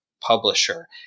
publisher